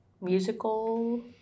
musical